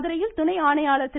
மதுரையில் துணை ஆணையாளர் திரு